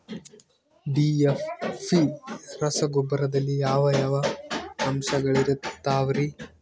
DAP ರಸಗೊಬ್ಬರದಲ್ಲಿ ಯಾವ ಯಾವ ಅಂಶಗಳಿರುತ್ತವರಿ?